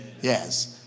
Yes